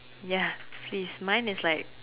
ya please mine is like